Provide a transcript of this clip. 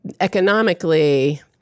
economically